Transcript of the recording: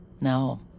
No